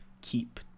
keep